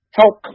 help